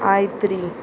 I three